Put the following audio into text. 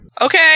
Okay